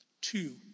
Two